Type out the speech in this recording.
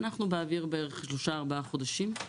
אנחנו באוויר בערך 3-4 חודשים.